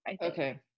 Okay